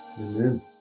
Amen